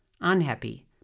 Unhappy